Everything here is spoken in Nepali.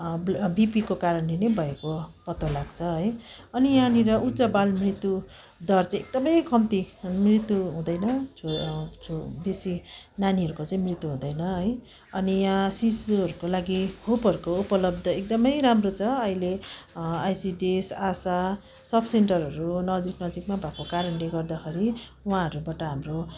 बिपीको कारणले नै भएको पत्तो लाग्छ है अनि यहाँनिर उच्च बाल मृत्यु दर एकदमै कम्ती मृत्यु हुँदैन छो छो बेसी नानीहरूको चाहिँ मृत्यु हुँदैन है अनि यहाँ शिशुहरूको लागि खोपहरूको उपलब्ध एकदमै राम्रो छ अहिले आइसिडिएस आशा सब सेन्टरहरू नजिक नजिकमा भएको कारणले गर्दाखेरि वहाँहरूबाट हाम्रो